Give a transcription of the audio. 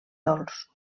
dolç